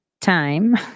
time